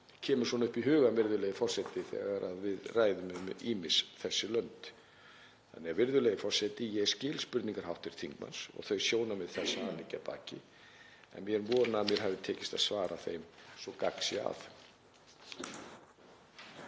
kemur svona upp í hugann, virðulegi forseti, þegar við ræðum um ýmis þessi lönd. Þannig að, virðulegi forseti, ég skil spurningar hv. þingmanns og þau sjónarmið sem þar liggja að baki. Ég vona að mér hafi tekist að svara þeim svo gagn sé að.